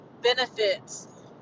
benefits